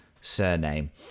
surname